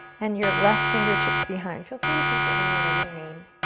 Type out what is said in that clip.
and your left fingertips behind. feel free to peek at me whatever you need.